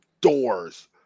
doors